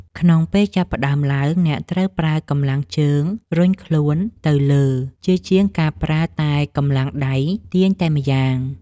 ក្នុងពេលចាប់ផ្ដើមឡើង អ្នកត្រូវប្រើកម្លាំងជើងរុញខ្លួនទៅលើជាជាងការប្រើតែកម្លាំងដៃទាញតែម្យ៉ាង។